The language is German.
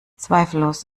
zweifellos